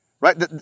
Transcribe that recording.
right